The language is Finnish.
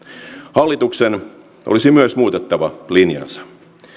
hallituksen olisi muutettava myös linjaansa